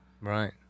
right